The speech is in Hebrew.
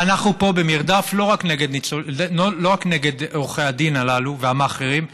ואנחנו פה במרדף לא רק נגד עורכי הדין הללו והמאכערים,